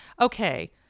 Okay